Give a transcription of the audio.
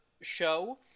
show